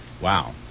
wow